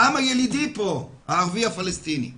העם הילידי פה, הערבי-הפלסטיני פה.